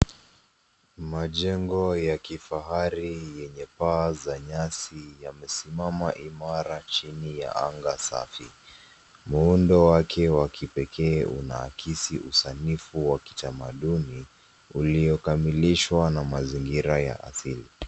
Majengo ya kifahari yenye paa za nyasi, yamesimama imara chini ya anga safi. Muundo wake wa kipekee, unaakisi usanifu wa kitamaduni, uliokamilishwa na mazingira ya asili.